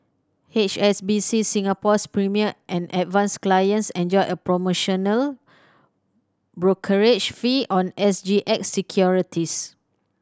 H S B C Singapore's Premier and Advance clients enjoy a promotional brokerage fee on S G X securities